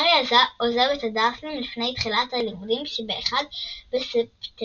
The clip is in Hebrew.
הארי עוזב את הדרסלים לפני תחילת הלימודים שבאחד בספטמבר,